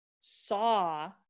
saw